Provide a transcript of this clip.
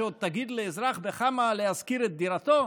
שעוד תגיד לאזרח בכמה להשכיר את דירתו?